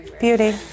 beauty